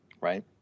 right